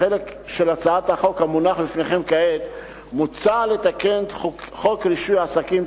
בחלק של הצעת החוק המונח בפניכם כעת מוצע לתקן את חוק רישוי עסקים,